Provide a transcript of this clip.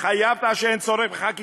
והתחייבת שאין צורך בחקיקה,